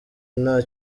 nta